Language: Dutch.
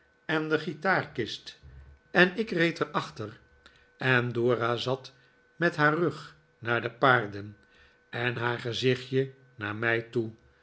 en de guitaarkist en ik reed er achter en dora zat met haar rug naar de paarden en haar gezichtje naar mij toe